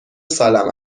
سالم